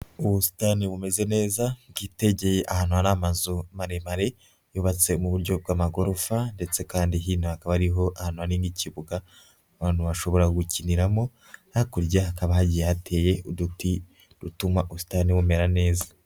Ubusitani bumeze neza, bwitegeye ahantu hari amazu maremare, yubatse mu buryo bw'amagorofa ndetse kandi hino hakaba hariho hari n'ikibuga abantu bashobora gukiniramo, hakurya hakaba hagiye hateye uduti dutuma ubusitani bumera neza.